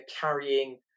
carrying